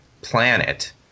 planet